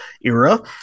era